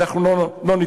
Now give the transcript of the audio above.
אנחנו לא ניתן,